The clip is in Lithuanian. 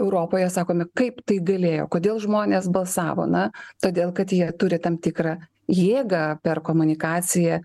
europoje sakome kaip tai galėjo kodėl žmonės balsavo na todėl kad jie turi tam tikrą jėgą per komunikaciją